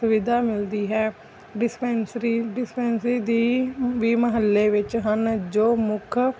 ਸੁਵਿਧਾ ਮਿਲਦੀ ਹੈ ਡਿਸਪੈਂਸਰੀ ਡਿਸਪੈਂਸਰੀ ਦੀ ਵੀ ਮੁਹੱਲੇ ਵਿੱਚ ਹਨ ਜੋ ਮੁੱਖ